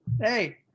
hey